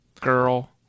girl